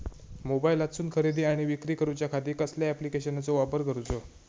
मोबाईलातसून खरेदी आणि विक्री करूच्या खाती कसल्या ॲप्लिकेशनाचो वापर करूचो?